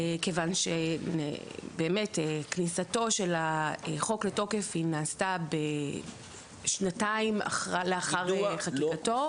כיוון שכניסתו של החוק לתוקף באמת נעשתה שנתיים לאחר חקיקתו.